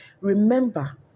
Remember